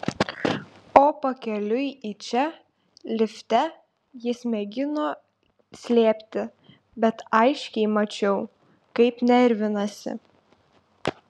o pakeliui į čia lifte jis mėgino slėpti bet aiškiai mačiau kaip nervinasi